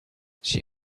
she